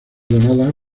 donada